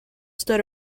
stood